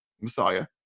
Messiah